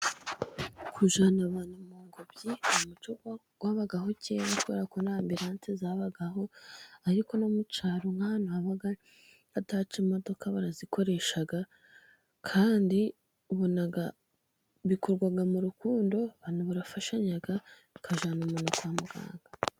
Kujyana abantu mu ngobyi ni umuco wabagaho kera kubera ko nta ambiranse zabagaho, ariko no mu cyaro nk'ahantu haba hataca imodoka barazikoresha kandi ubona bikorwa mu rukundo abantu barafashanya bakajyana umuntu kwa muganga.